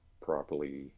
properly